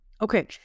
Okay